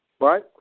right